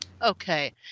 Okay